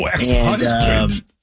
ex-husband